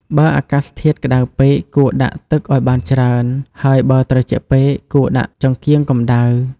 បើអាកាសធាតុក្តៅពេក គួរដាក់ទឹកឲ្យបានច្រើន ហើយបើត្រជាក់ពេក គួរដាក់ចង្កៀងកម្តៅ។